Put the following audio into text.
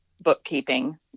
bookkeeping